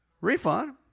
refund